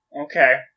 Okay